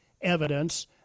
evidence